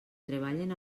treballen